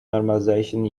normalization